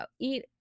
eat